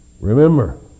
Remember